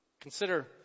Consider